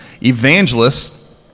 Evangelists